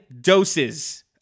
doses